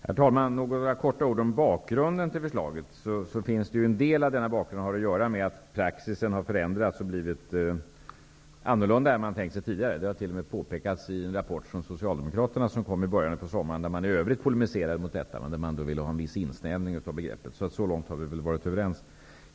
Herr talman! Först några ord om bakgrunden till förslaget. En del av denna bakgrund har att göra med att praxis har förändrats och blivit annorlunda än man tänkt sig tidigare. Det har t.o.m. påpekats i den rapport från Socialdemokraterna som kom i början av sommaren. Socialdemokraterna polemiserade mot detta och ville ha en insnävning av begreppet. Så långt har vi väl varit överens.